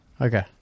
Okay